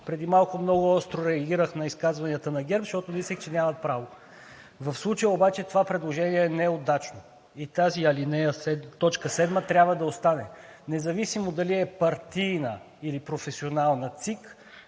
Преди малко много остро реагирах на изказванията на ГЕРБ-СДС, защото мислех, че нямат право. В случая обаче това предложение е неудачно и тази т. 7 трябва да остане. Независимо дали е партийна или професионална ЦИК,